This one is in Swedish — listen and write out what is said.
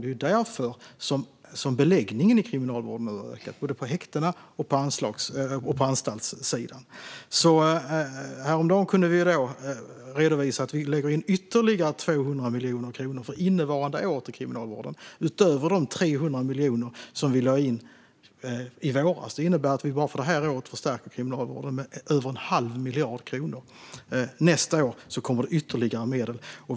Det är därför som beläggningen i kriminalvården nu ökar, både på häktena och på anstaltssidan. Häromdagen kunde vi redovisa att vi lägger in ytterligare 200 miljoner kronor för innevarande år till kriminalvården, utöver de 300 miljoner kronor som vi lade in i våras. Det innebär av vi bara för detta år förstärker kriminalvården med över en halv miljard kronor. Nästa år kommer det ytterligare medel.